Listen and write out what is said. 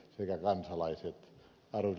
arvoisa puhemies